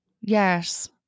Yes